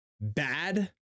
bad